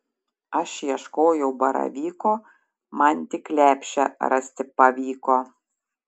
aš ieškojau baravyko man tik lepšę rasti pavyko